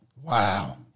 Wow